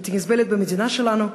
בלתי נסבלת במדינה שלנו,